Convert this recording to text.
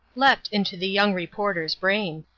leapt into the young reporter's brain.